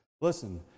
Listen